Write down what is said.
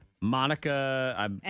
Monica